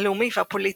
הלאומי והפוליטי,